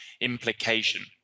implication